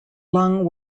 lung